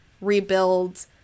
rebuild